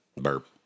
Burp